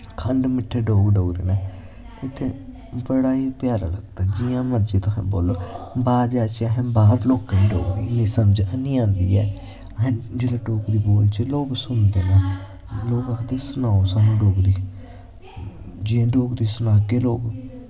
खंड मिट्ठे लोग डोगरे नै इत्थें बड़ा ई प्यारा लगदा जियां मर्जी तुस बोल्लो बाह्र जाचै अस बाह्र लोकें गी डोगरी समझ हैनी आंदी ऐ अस जिसलै डोगरी बोलचै लोग सुनदे नै लोग आखदे सनाओ साह्नू डोगरी जियां डोगरी सनागे लोग